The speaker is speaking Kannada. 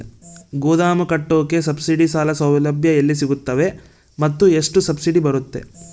ಗೋದಾಮು ಕಟ್ಟೋಕೆ ಸಬ್ಸಿಡಿ ಸಾಲ ಸೌಲಭ್ಯ ಎಲ್ಲಿ ಸಿಗುತ್ತವೆ ಮತ್ತು ಎಷ್ಟು ಸಬ್ಸಿಡಿ ಬರುತ್ತೆ?